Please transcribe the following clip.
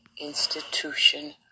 institution